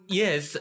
yes